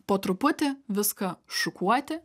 po truputį viską šukuoti